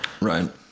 right